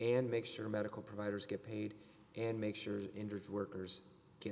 and make sure medical providers get paid and make sure the injured workers get